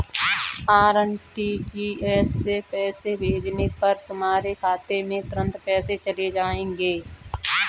RTGS से पैसे भेजने पर तुम्हारे खाते में तुरंत पैसे चले जाएंगे